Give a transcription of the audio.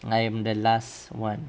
I am the last one